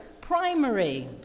Primary